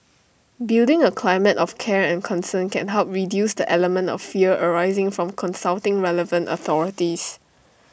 building A climate of care and concern can help reduce the element of fear arising from consulting relevant authorities